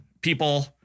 people-